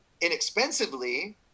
inexpensively